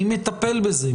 מי מטפל בזה?